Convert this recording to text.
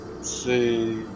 See